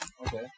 Okay